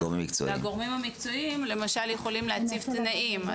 והם למשל יכולים להציב תנאים.